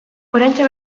oraintxe